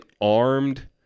armed